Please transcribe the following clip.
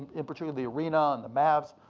in particular the arena and the mavs,